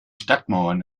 stadtmauern